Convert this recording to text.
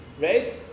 Right